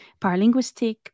paralinguistic